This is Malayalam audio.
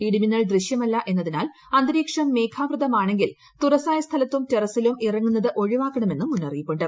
ഇടിമിന്നൽ ദൃശ്യമല്ല എന്നതിനാൽ അന്തരീക്ഷം മേഘാവൃതമാണെങ്കിൽ തുറസായ സ്ഥലത്തും ടെറസ്സിലും ഇറങ്ങുന്നത് ഒഴിവാക്കണമെന്നും മുന്നറിയിപ്പ് ഉണ്ട്